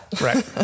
Right